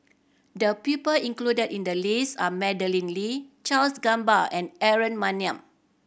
the people included in the list are Madeleine Lee Charles Gamba and Aaron Maniam